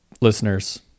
listeners